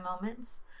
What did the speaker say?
moments